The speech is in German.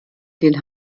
den